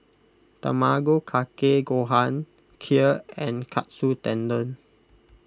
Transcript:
Tamago Kake Gohan Kheer and Katsu Tendon